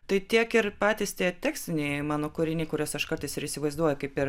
tai tiek ir patys tie tekstiniai mano kūriniai kuriuos aš kartais ir įsivaizduoju kaip per